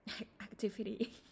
Activity